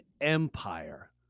empire